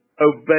obey